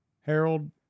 Harold